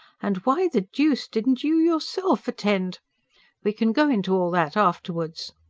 and why the deuce didn't you yourself attend we can go into all that afterwards.